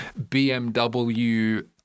BMW